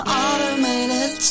automated